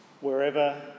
wherever